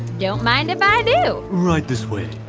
don't mind if i do right this way.